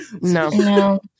no